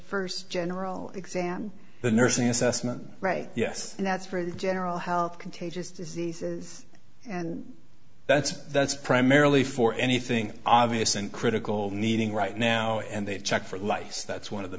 first general exam the nursing assessment right yes that's for a general health contagious diseases and that's that's primarily for anything obvious and critical needing right now and they've checked for life so that's one of the